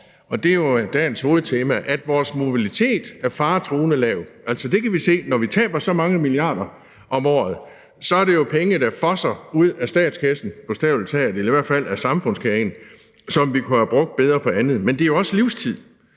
og det er jo dagens hovedtema – at vores mobilitet er faretruende lav. Altså, det kan vi se. Når vi taber så mange milliarder om året, er det jo penge, der fosser ud af statskassen, bogstavelig talt, eller i hvert fald ud af samfundskagen, som vi kunne have brugt bedre på noget andet. Men det er jo også livstid;